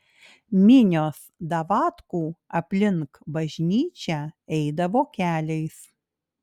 minios davatkų aplink bažnyčią eidavo keliais